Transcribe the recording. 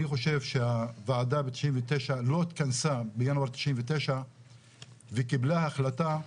אני חושב שהוועדה בינואר 99' לא התכנסה וקיבלה החלטה סתמית,